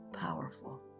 powerful